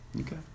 Okay